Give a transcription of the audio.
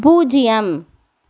பூஜ்ஜியம்